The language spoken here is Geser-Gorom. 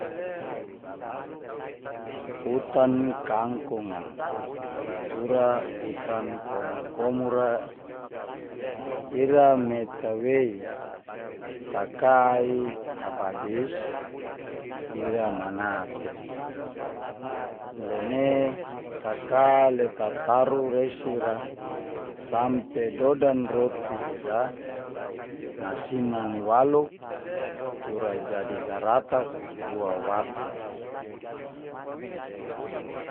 Utan kankung a tura utan komu komu ra ira me tawai, taka i ababis ira mana tei. Leme taka le tataru resi ra sampe dodan roti ira nasiman i waluk, tura jadi garatak bua watan nini.